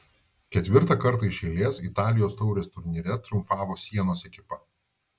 ketvirtą kartą iš eilės italijos taurės turnyre triumfavo sienos ekipa